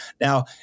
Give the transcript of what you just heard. Now